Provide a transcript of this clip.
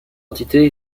entités